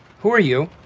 who are you?